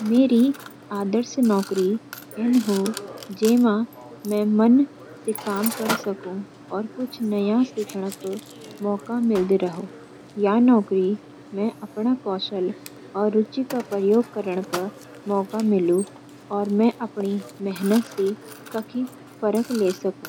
मेरी आदर्श नौकरी ऐन हो जेमा म मन स काम कर सकूं और कुछ नया सीखण क मौका मिल्द रहो। या नौकरी म अपणा कौशल और रुचि क प्रयोग करण क मौका मिलु, और म अपणी मेहनत स कखि फरक ल्ये सकूं।